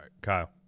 Kyle